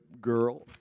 girl